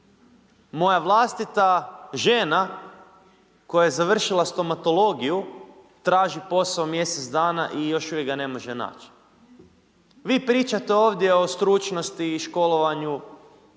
moja vlastita žena koja je završila stomatologiju traži posao mjesec dana i još uvijek ga ne može naći. Vi pričate ovdje o stručnosti i školovanju,